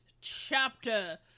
chapter